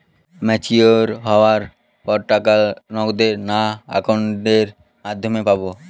Mature হওয়ার পর টাকা নগদে না অ্যাকাউন্টের মাধ্যমে পাবো?